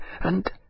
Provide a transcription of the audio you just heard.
and—